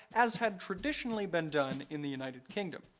as had traditionally been done in the united kingdom.